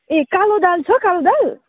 ए कालो दाल छ कालो दाल